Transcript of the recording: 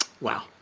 Wow